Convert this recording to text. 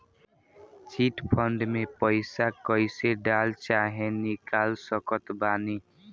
Chit fund मे पईसा कईसे डाल चाहे निकाल सकत बानी?